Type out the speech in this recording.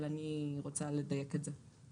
אבל אני רוצה לדייק את זה.